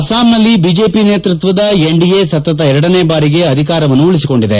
ಅಸ್ಸಾಂನಲ್ಲಿ ಬಿಜೆಪಿ ನೇತೃತ್ವದ ಎನ್ಡಿಎ ಸತತ ಎರಡನೇ ಬಾರಿಗೆ ಅಧಿಕಾರವನ್ನು ಉಳಿಸಿಕೊಂಡಿದೆ